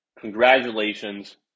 Congratulations